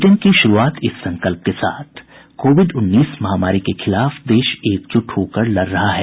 bulletin की शुरूआत इस संकल्प के साथ कोविड उन्नीस महामारी के खिलाफ देश एकजुट होकर लड़ रहा है